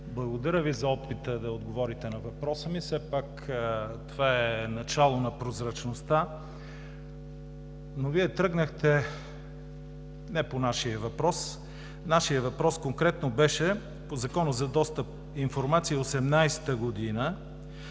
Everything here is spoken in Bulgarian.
благодаря Ви за опита да отговорите на въпроса ми, все пак това е начало на прозрачността, но Вие тръгнахте не по нашия въпрос. Нашият въпрос конкретно беше по Закона за достъп до обществена